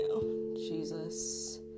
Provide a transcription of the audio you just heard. Jesus